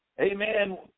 Amen